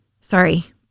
sorry